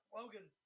Logan